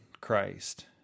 Christ